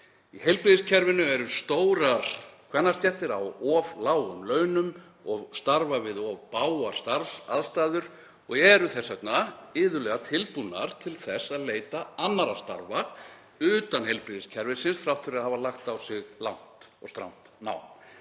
Í heilbrigðiskerfinu eru stórar kvennastéttir á of lágum launum og starfa við of bágar starfsaðstæður og eru þess vegna iðulega tilbúnar til að leita annarra starfa utan heilbrigðiskerfisins þrátt fyrir að hafa lagt á sig langt og strangt nám.